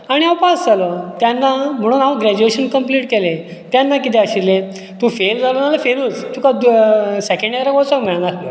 आनी हांव पास जालो तेन्ना म्हणून हांव ग्रेजुवेशन कंप्लीट केलें तेन्ना कितें आशिल्लें तूं फेल जालो जाल्यार तूं फेलूच तुका सेकॅण्ड इयराक वोसोंक मेळनासलें